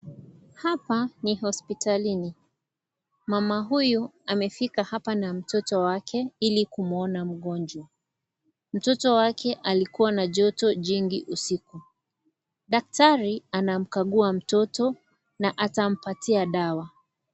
Hapa ni hospitalini, mama huyu amefika hapa na mtoto wake ili kumwona mgonjwa. Mtoto wake alikuwa na joto jingi usiku. Daktari anamkagua mtoto na atampatia dawa.